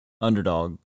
underdog